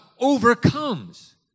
overcomes